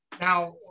Now